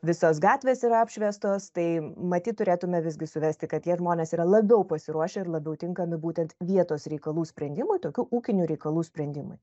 visos gatvės yra apšviestos tai matyt turėtumėme visgi suvesti kad tie žmonės yra labiau pasiruošę ir labiau tinkami būtent vietos reikalų sprendimui tokių ūkinių reikalų sprendimui